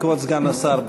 כבוד סגן השר, בבקשה.